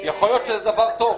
-- יכול להיות שזה דבר טוב,